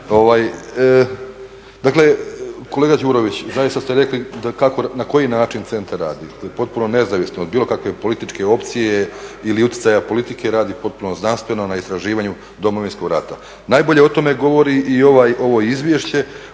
kolega Đurović, zaista ste rekli na koji način centar radi, potpuno nezavisno od bilo kakve političke opcije ili utjecaja politike, radi potpuno znanstveno na istraživanju Domovinskog rata. Najbolje o tome govori i ovo izvješće